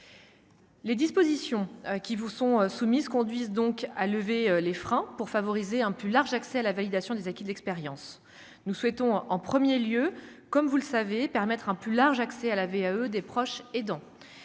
Les dispositions qui vous sont soumises conduisent donc à lever les freins pour favoriser un plus large accès à la validation des acquis de l'expérience, nous souhaitons en 1er lieu comme vous le savez, permettre un plus large accès à la VAE des proches et dans